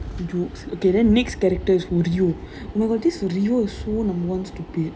it's a joke okay then next character is who rio oh my god this rio is so number one stupid